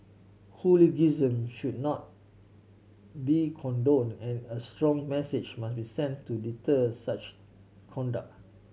hooliganism should not be condoned and a strong message must be sent to deter such conduct